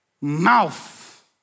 mouth